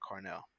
carnell